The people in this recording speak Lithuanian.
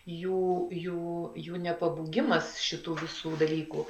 jų jų jų nepabūgimas šitų visų dalykų